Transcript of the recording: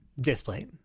display